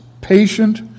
patient